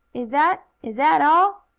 is that is that all?